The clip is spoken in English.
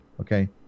Okay